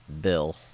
bill